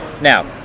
Now